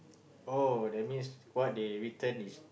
oh that means what they written is